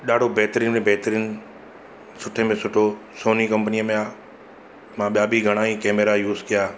ॾाढो बहितरीनु में बहितरीनु सुठे में सुठो सोनी कंपनीअ में आहे मां ॿिया बि घणा ई कैमेरा यूज़ कया